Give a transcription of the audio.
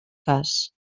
cas